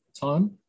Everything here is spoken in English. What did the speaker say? time